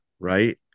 Right